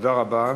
תודה רבה.